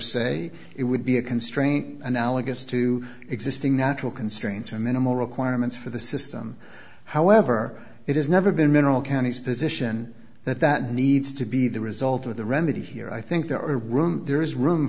se it would be a constraint analogous to existing natural constraints or minimal requirements for the system however it has never been mineral county's position that that needs to be the result of the remedy here i think there are room there is room